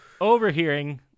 Overhearing